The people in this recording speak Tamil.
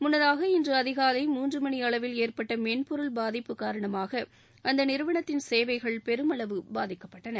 முன்னதாக இன்று அதிகாலை மூன்று மணி அளவில் ஏற்பட்ட மென்பொருள் பாதிப்பு காரணமாக அந்த நிறுவனத்தின் சேவைகள் பெருமளவு பாதிக்கப்பட்டன